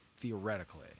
theoretically